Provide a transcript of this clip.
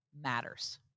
matters